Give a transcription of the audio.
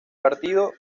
partido